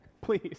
please